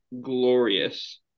glorious